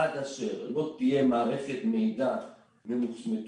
עד אשר לא תהיה מערכת מידע מתוקצבת,